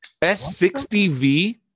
S60V